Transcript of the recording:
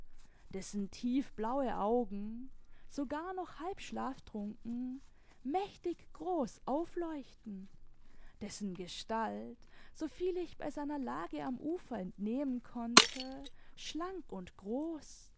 dessen tief blaue augen sogar noch halb schlaftrunken mächtig groß aufleuchten dessen gestalt soviel ich bei seiner lage am ufer entnehmen konnte schlank und groß